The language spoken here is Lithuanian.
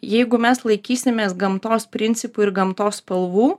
jeigu mes laikysimės gamtos principų ir gamtos spalvų